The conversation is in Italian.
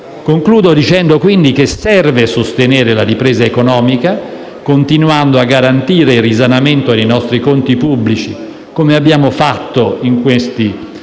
Concludo, quindi, dicendo che serve sostenere la ripresa economica, continuando a garantire il risanamento dei nostri conti pubblici, come abbiamo fatto in questi